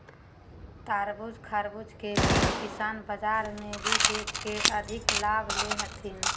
तरबूज, खरबूज के बीज किसान बाजार मे भी बेच के आर्थिक लाभ ले हथीन